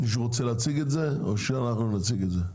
מישהו רוצה להציג את זה או שאנחנו נציג את זה?